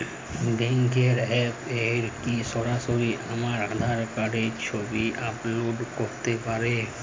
ব্যাংকের অ্যাপ এ কি সরাসরি আমার আঁধার কার্ড র ছবি আপলোড করতে পারি?